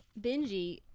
Benji